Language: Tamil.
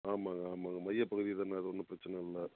ஆமாங்க ஆமாங்க மையப்பகுதி தானே அது ஒன்றும் பிரச்சனை இல்லை